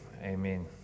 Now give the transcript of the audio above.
amen